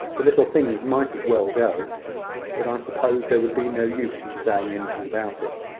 the little things might as well go but i suppose there would be no use in saying anything about it.